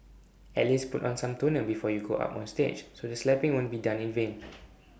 at least put on some toner before you go up on stage so the slapping wouldn't be done in vain